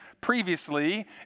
previously